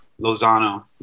Lozano